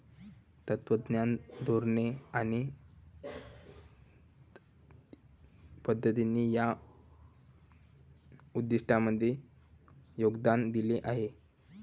तत्त्वज्ञान, धोरणे आणि पद्धतींनी या उद्दिष्टांमध्ये योगदान दिले आहे